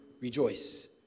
rejoice